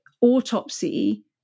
autopsy